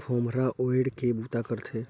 खोम्हरा ओएढ़ के बूता करथे